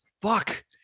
fuck